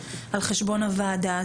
על חשבון הוועדה הזו.